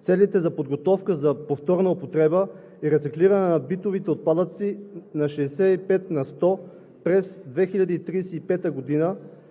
целите за подготовка за повторна употреба и рециклиране на битовите отпадъци на 65 на сто през 2035 г. и